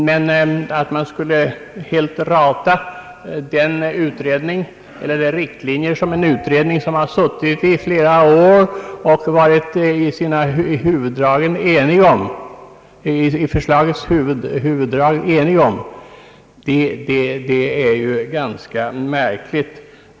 Men att man skulle helt rata riktlinjerna i en utredning, som tillkommit efter flera års arbete och som beträffande huvuddragen omfattades av en enig beredning, är ganska märkligt.